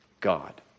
God